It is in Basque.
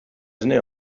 esne